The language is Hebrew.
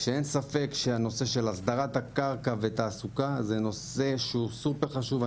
שאין ספק שהנושא של הסדרת הקרקע ותעסוקה הוא נושא שהוא סופר חשוב.